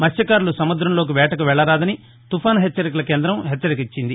మళ్స్యకారులు సముద్రంలోకి వేటకు వెళ్ళవద్దని తుపాను హెచ్చరికల కేందం హెచ్చరిస్తోంది